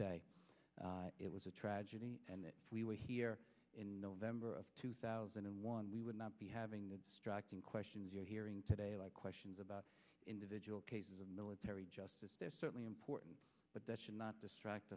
day it was a tragedy and that if we were here in november of two thousand and one we would not be having the distracting questions you're hearing today are questions about individual cases of military justice they're certainly important but that should not distract